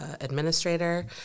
administrator